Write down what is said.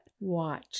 Watch